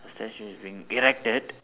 a statue is being erected